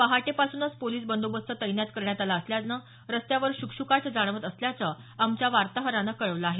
पहाटे पासूनच पोलीस बंदोबस्त तैनात करण्यात आला असल्यानं रस्त्यावर शुकशुकाट जाणवत असल्याचं आमच्या वार्ताहरानं कळवलं आहे